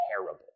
terrible